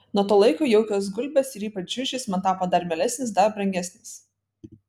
nuo to laiko jaukios gulbės ir ypač žiužis man tapo dar mielesnis dar brangesnis